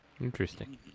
Interesting